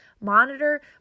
monitor